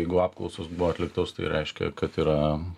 jeigu apklausos buvo atliktos tai reiškia kad yra